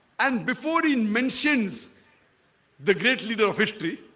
and before dean mentions the great leader of history